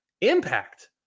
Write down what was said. impact